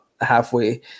halfway